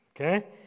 okay